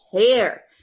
care